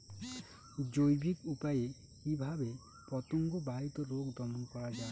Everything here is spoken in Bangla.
জৈবিক উপায়ে কিভাবে পতঙ্গ বাহিত রোগ দমন করা যায়?